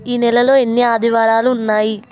ఈ నెలలో ఎన్ని ఆదివారాలు ఉన్నాయి